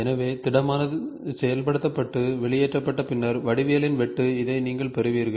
எனவே திடமானது செயல்படுத்தப்பட்டு வெளியேற்றப்பட்ட பின்னர் வடிவியலின் வெட்டு இதை நீங்கள் பெறுவீர்கள்